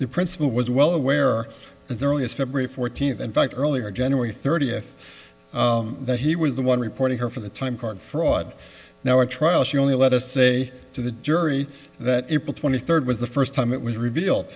the principal was well aware as early as february fourteenth in fact earlier january thirtieth that he was the one reporting her for the time card fraud now at trial she only let us say to the jury that april twenty third was the first time it was revealed